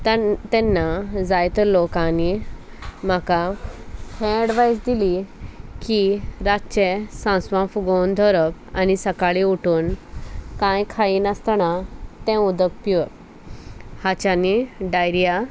तेन्ना तेन्ना जायते लोकांनी म्हाका हे एडवायस दिली की रातचें सांसवां फुगोवन धरप आनी सकाळी उठून कांय खायी नासतना तें उदक पिवप हाच्यानी डायरिया